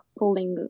pulling